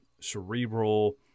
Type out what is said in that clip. cerebral